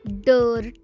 dirt